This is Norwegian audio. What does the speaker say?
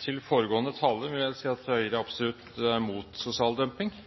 Til foregående taler vil jeg si at Høyre absolutt er imot sosial dumping. Det er regler i Norge imot det, det er regler imot det i EU. Og så regner jeg med at